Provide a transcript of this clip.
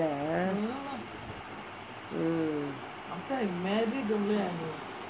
mm